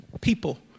people